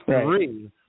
three